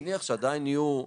אני מניח שעדיין יהיו קשיים.